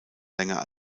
länger